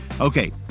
Okay